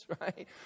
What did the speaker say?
right